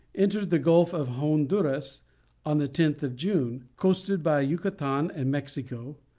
entered the gulf of honduras on the tenth of june, coasted by yucatan and mexico,